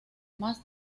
más